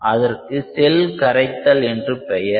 அதற்கு செல் கரைத்தல் என்று பெயர்